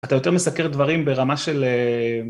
אתה יותר מסקר דברים ברמה של...